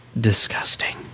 disgusting